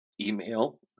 Email